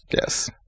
Yes